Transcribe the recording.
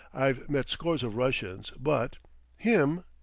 i've met scores of russians, but him,